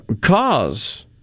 cause